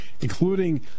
including